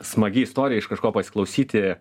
smagi istorija iš kažko pasiklausyti